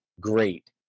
Great